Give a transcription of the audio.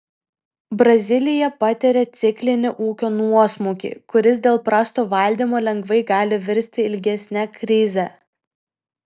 brazilija patiria ciklinį ūkio nuosmukį kuris dėl prasto valdymo lengvai gali virsti ilgesne krize